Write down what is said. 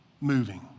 moving